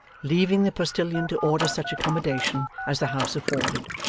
leaving the postilion to order such accommodation as the house afforded,